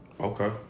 Okay